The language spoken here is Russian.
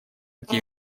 эти